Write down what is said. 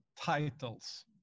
titles